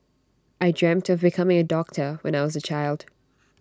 I dreamt of becoming A doctor when I was A child